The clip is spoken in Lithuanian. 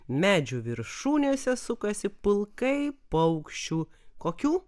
medžių viršūnėse sukasi pulkai paukščių kokių